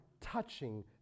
touching